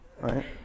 right